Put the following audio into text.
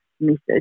message